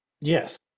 yes